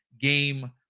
game